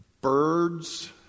birds